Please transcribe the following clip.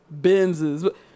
Benzes